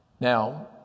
Now